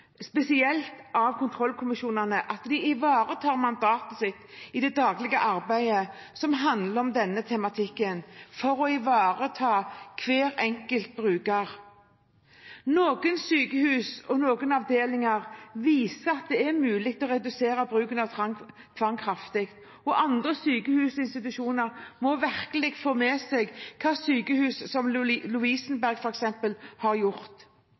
spesielt av kontrollkommisjonene og hvordan de ivaretar mandatet sitt i det daglige arbeidet som handler om denne tematikken, for å ivareta hver enkelt bruker. Noen sykehus og noen avdelinger viser at det er mulig å redusere bruken av tvang kraftig. Andre sykehus og institusjoner må virkelig få med seg hva sykehus som f.eks. Lovisenberg har gjort.